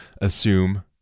assume